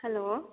hello